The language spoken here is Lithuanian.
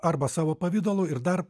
arba savo pavidalu ir dar